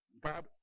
God